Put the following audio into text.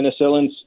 penicillins